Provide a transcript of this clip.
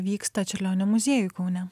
vyksta čiurlionio muziejuj kaune